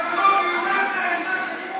הטרוריסט הגדול ביותר